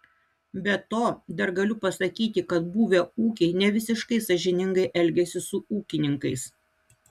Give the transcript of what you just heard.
be to dar galiu pasakyti kad buvę ūkiai nevisiškai sąžiningai elgiasi su ūkininkais